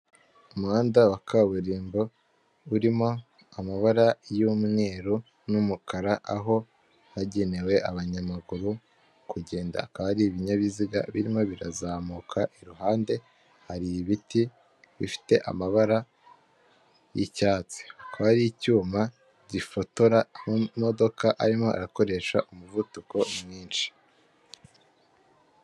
Umuhanda wa kaburimbo urimo amabara y'umweru n'umukara aho hagenewe abanyamaguru kugenda hakaba haari ibinyabiziga birimo birazamuka iruhande hari ibiti bifite amabara y'icyatsi ko hari icyuma gifotora amamodoka arimo akoresha umuvuduko mwinshi.